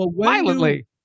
violently